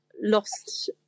lost